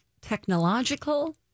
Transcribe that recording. technological